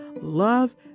love